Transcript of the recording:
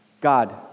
God